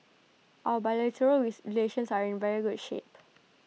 our bilateral raise relations are in very good shape